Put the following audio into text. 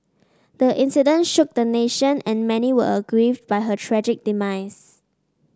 the incident shook the nation and many were aggrieved by her tragic demise